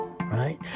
right